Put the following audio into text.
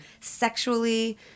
sexually